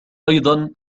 أيضا